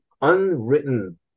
unwritten